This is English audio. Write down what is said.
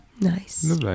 Nice